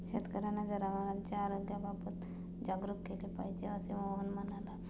शेतकर्यांना जनावरांच्या आरोग्याबाबत जागरूक केले पाहिजे, असे मोहन म्हणाला